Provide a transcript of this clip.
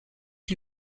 lui